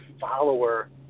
follower –